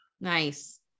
Nice